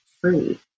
free